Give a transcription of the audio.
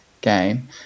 game